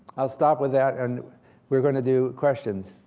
i'll stop with that, and we're going to do questions.